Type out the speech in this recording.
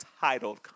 titled